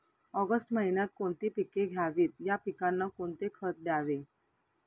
August महिन्यात कोणती पिके घ्यावीत? या पिकांना कोणते खत द्यावे?